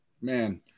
Man